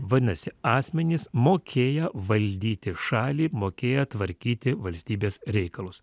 vadinasi asmenys mokėję valdyti šalį mokėję tvarkyti valstybės reikalus